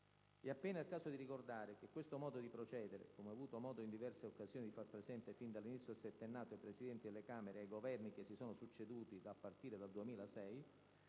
È appena il caso di ricordare che questo modo di procedere, come ho avuto modo in diverse occasioni di far presente fin dall'inizio del settennato ai Presidenti delle Camere e ai Governi che si sono succeduti a partire dal 2006,